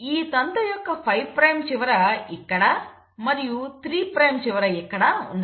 ఈ తంతు యొక్క 5 ప్రైమ్ చివర ఇక్కడ మరియు 3 ప్రైమ్ చివర ఇక్కడ ఉన్నది